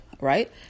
right